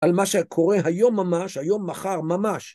על מה שקורה היום ממש, היום, מחר ממש.